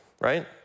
right